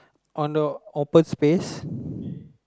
on the open space